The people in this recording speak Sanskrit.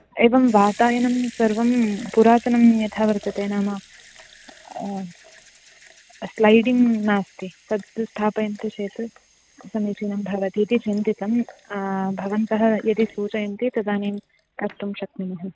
एवं वातायनं सर्वं पुरातनं यथा वर्तते नाम स्लैडिङ्ग् नास्ति तद् स्थापयन्ति चेत् समीचीनं भवतीति चिन्तितं भवन्तः यदि सूचयन्ति तदानीं कर्तुं शक्नुमः